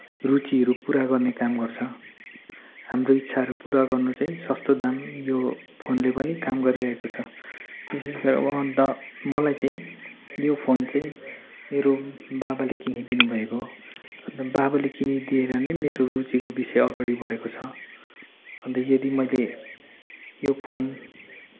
रुचिहरू पुरा गर्ने काम गर्छ हाम्रो इच्छाहरू पुरा गर्न चाहिँ सस्तो दाम यो फोनले पनि काम गरिरहेको छ विशेष गरेर अन्त मलाई चाहिँ यो फोन चाहिँ मेरो बाबाले किनिदिनु भएको हो अन्त बाबाले किनिदिएर नै मेरो रुचिको विषय अगाडि बढेको छ अन्त यदि मैले यो फोन